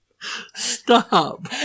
Stop